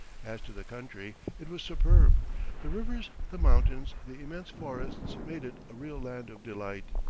as to the country, it was superb the rivers, the mountains the immense forests made it a real land of delight.